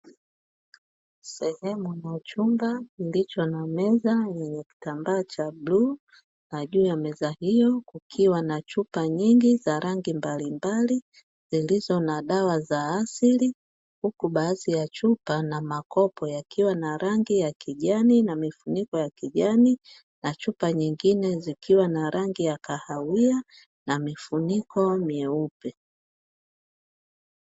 Sehemu ya chumba iliyo na meza yenye kitambaa cha bluu, najua vimesahau, kikiwa na chupa nyingi za rangi mbalimbali, zilizona dawa za asili huku baadhi ya chupa na makopo yakiwa na rangi ya kijani na mifuniko ya kijani na chupa nyingine zikiwa na rangi ya kahawia na mifuniko myeupe.